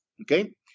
okay